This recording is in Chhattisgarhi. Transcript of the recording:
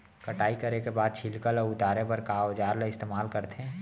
कटाई करे के बाद छिलका ल उतारे बर का औजार ल इस्तेमाल करथे?